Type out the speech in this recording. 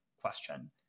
question